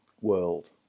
world